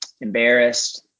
embarrassed